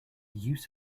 use